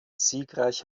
siegreich